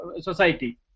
society